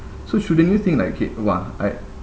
so shouldn't you think like okay !wah! I